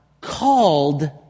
called